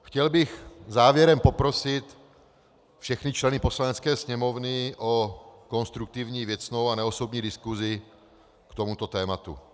Chtěl bych závěrem poprosit všechny členy Poslanecké sněmovny o konstruktivní, věcnou a neosobní diskusi k tomuto tématu.